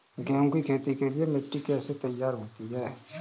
गेहूँ की खेती के लिए मिट्टी कैसे तैयार होती है?